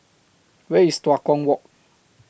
Where IS Tua Kong Walk